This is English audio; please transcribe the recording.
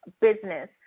business